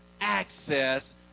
access